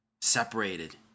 separated